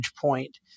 point